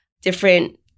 different